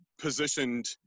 positioned